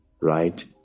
right